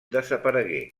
desaparegué